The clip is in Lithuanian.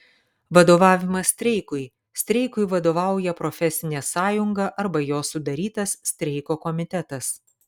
vadovavimas streikui streikui vadovauja profesinė sąjunga arba jos sudarytas streiko komitetas